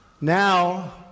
Now